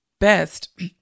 best